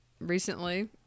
recently